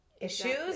issues